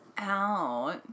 out